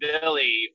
Billy